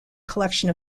collection